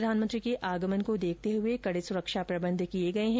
प्रधानमंत्री के आगमन को देखते हए कड़े सुरक्षा प्रबंध किए गए हैं